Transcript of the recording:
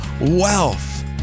wealth